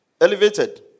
elevated